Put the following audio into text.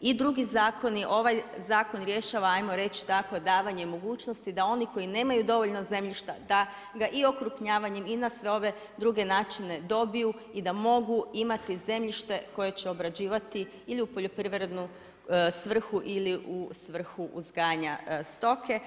i drugi zakoni, ovaj zakon rješava, ajmo reći tako davanje mogućnosti, da oni koji nemaju dovoljno zemljišta, da ga i okrupnjavanjem i na sve ove druge načine dobiju i da mogu imati zemljište koje će obrađivati ili u poljoprivrednu svrhu ili u svrhu uzgajanja stoke.